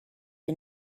you